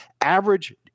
Average